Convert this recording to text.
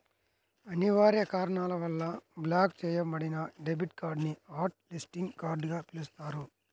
అనివార్య కారణాల వల్ల బ్లాక్ చెయ్యబడిన డెబిట్ కార్డ్ ని హాట్ లిస్టింగ్ కార్డ్ గా పిలుస్తారు